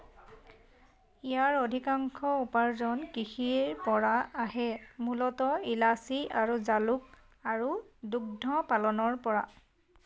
ইয়াৰ অধিকাংশ উপাৰ্জন কৃষিৰপৰা আহে মূলতঃ ইলাচি আৰু জালুক আৰু দুগ্ধ পালনৰপৰা